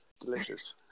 delicious